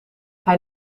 hij